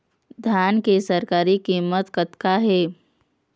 धान के सरकारी कीमत कतका हे?